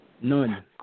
None